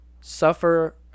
Suffer